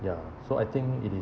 ya so I think it is